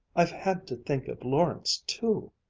i've had to think of lawrence too.